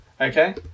Okay